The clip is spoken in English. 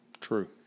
True